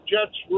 Jets